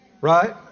Right